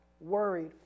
worried